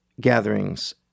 gatherings